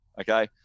okay